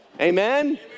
Amen